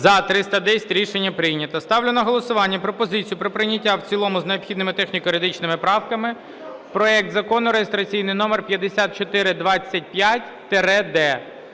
За-310 Рішення прийнято. Ставлю на голосування пропозицію про прийняття в цілому з необхідними техніко-юридичними правками проекту Закону (реєстраційний номер 5425-д)